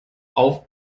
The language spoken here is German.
auf